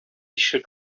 should